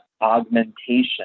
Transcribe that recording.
augmentation